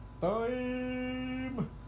Time